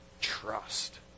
trust